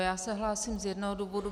Já se hlásím z jednoho důvodu.